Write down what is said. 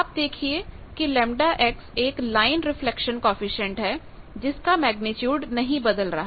आप देखिए कि Γ एक लाइन रिफ्लेक्शन कॉएफिशिएंट है जिसका मेग्नीट्यूड नहीं बदल रहा